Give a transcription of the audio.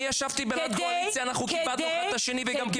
אני ישבתי בהנהלת הקואליציה וגם כיבדנו אתכם,